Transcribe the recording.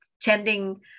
tending